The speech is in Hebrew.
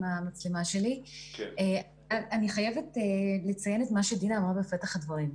אני חייבת לציין את מה שדינה אומרת בפתח הדברים,